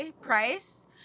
price